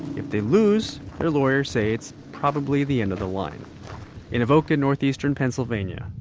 if they lose, their lawyers say it's probably the end of the line in avoca, northeastern pennsylvania,